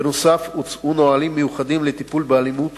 בנוסף, הוצאו נהלים מיוחדים לטיפול באלימות